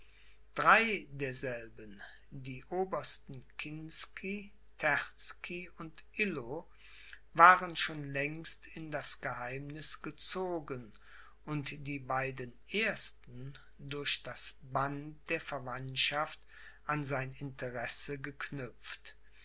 drei derselben die obersten kinsky terzky und illo waren schon längst in das geheimniß gezogen und die beiden ersten durch das band der verwandtschaft an sein interesse geknüpft